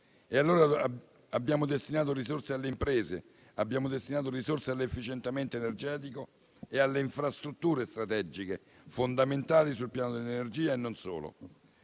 Abbiamo perciò destinato risorse alle imprese, all'efficientamento energetico e alle infrastrutture strategiche fondamentali sul piano dell'energia e non solo.